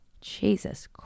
Jesus